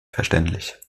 verständlich